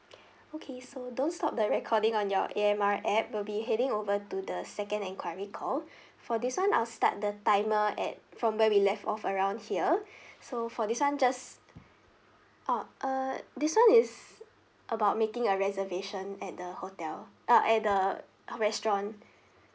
okay so don't stop the recording on your A_M_R app we'll be heading over to the second enquiry call for this [one] I'll start the timer at from where we left off around here so for this [one] just oh uh this [one] is about making a reservation at the hotel ah at the restaurant